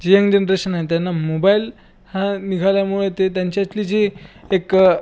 जे young generation आहे त्यांना मोबाईल हा निघाल्यामुळे ते त्यांच्यातली जी एक